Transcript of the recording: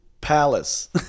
palace